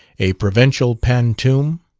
a provincial pantoum?